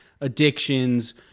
addictions